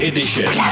Edition